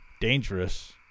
dangerous